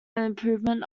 improvement